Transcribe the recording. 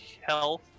health